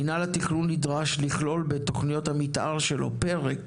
מינהל התכנון נדרש לכלול, בתכניות המתאר שלו, פרק